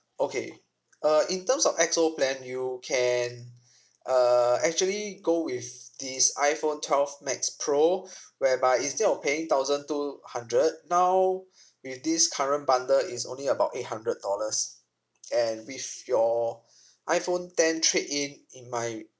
okay uh in terms of X_O plan you can uh actually go with this iphone twelve max pro whereby instead of paying thousand two hundred now with this current bundle is only about eight hundred dollars and with your iphone ten trade in it might